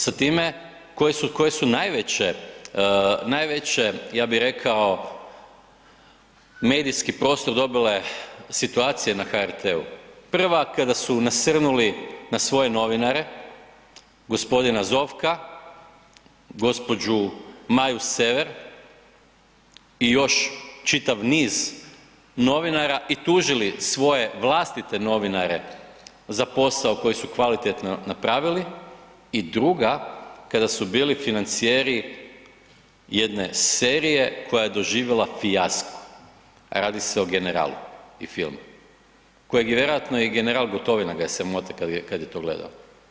Sa time koje su najveće, ja bih rekao, medijski prostor dobile situacije na HRT-u, prva kada su nasrnuli na svoje novinare, gospodina Zovka, gospođu Maju Sever i još čitav niz novinara i tužili svoje vlastite novinare za posao koji su kvalitetno napravili i druga kada su bili financijeri jedne serije koja je doživjela fijasko, radi se o „Generalu“ i filmu kojeg je vjerojatno i general Gotovina ga je sramota kad je to gledao.